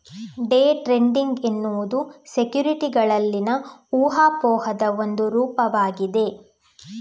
day trading ಎನ್ನುವುದು ಸೆಕ್ಯುರಿಟಿಗಳಲ್ಲಿನ ಊಹಾಪೋಹದ ಒಂದು ರೂಪವಾಗಿದೆ